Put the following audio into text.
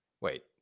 Wait